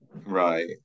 Right